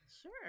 Sure